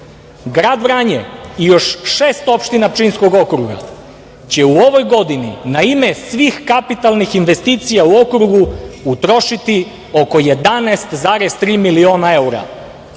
Grad Vranje i još šest opština Pčinjskog okruga će u ovoj godini na ime svih kapitalnih investicija u okrugu utrošiti oko 11,3 miliona evra.